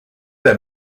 der